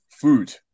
Food